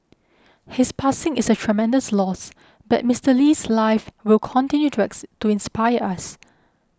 his passing is a tremendous loss but Mister Lee's life will continue to ex to inspire us